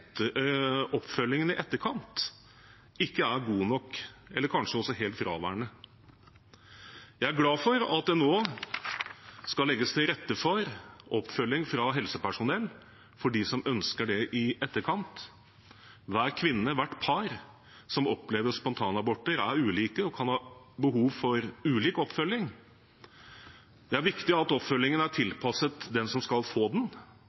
oppfølgingen i etterkant ikke er god nok eller kanskje helt fraværende. Jeg er glad for at det nå skal legges til rette for oppfølging fra helsepersonell i etterkant for dem som ønsker det. Hver kvinne – hvert par – som opplever en spontanabort, er ulik og kan ha behov for ulik oppfølging. Det er viktig at oppfølgingen er tilpasset den som skal få den,